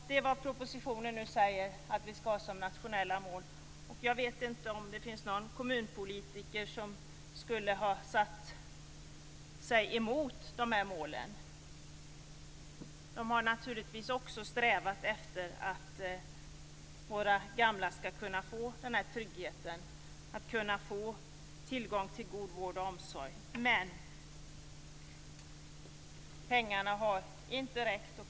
Det är vad propositionen nu säger att vi skall ha som nationella mål. Jag vet inte om det finns någon kommunpolitiker som skulle ha satt sig emot de här målen. De har naturligtvis också strävat efter att våra gamla skall kunna få trygghet, skall kunna få tillgång till god vård och omsorg. Men pengarna har inte räckt.